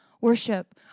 worship